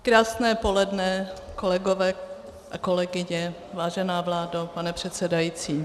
Krásné poledne, kolegové a kolegyně, vážená vládo, pane předsedající.